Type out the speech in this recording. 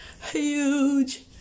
huge